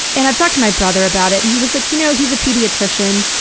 and i've talked to my brother about it and he was like you know he's a pediatrician.